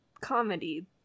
comedy